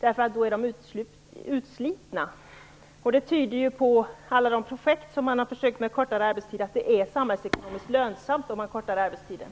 De blir utslitna. Alla de projekt med kortare arbetstid som man har prövat visar att det är samhällsekonomiskt lönsamt att korta arbetstiden.